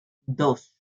dos